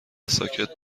ساکت